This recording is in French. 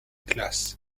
classe